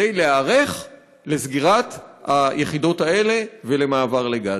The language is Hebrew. כדי להיערך לסגירת היחידות האלה ולמעבר לגז.